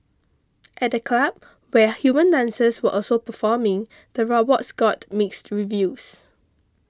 at the club where human dancers were also performing the robots got mixed reviews